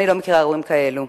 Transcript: אני לא מכירה הורים כאלה.